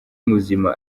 muzima